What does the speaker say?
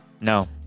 No